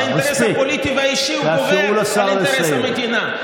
אנחנו מזמן בתקופה שהאינטרס הפוליטי והאישי גובר על אינטרס המדינה.